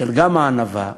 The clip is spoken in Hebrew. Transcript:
גם של הענווה,